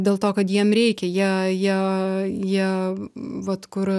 dėl to kad jiem reikia jie jie jie vat kur